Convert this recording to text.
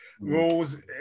rules